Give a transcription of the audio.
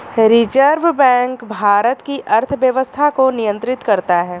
reserve bank Bharat की अर्थव्यवस्था को नियन्त्रित करता है